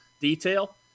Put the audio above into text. detail